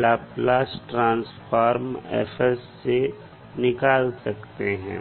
Laplace transform F से निकाल सकते हैं